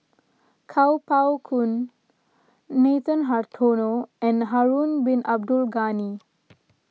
Kuo Pao Kun Nathan Hartono and Harun Bin Abdul Ghani